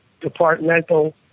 departmental